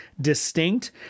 distinct